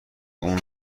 اون